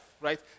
right